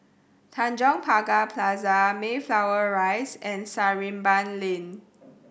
Tanjong Pagar Plaza Mayflower Rise and Sarimbun Lane